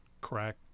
crack